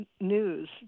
news